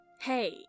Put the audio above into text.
Hey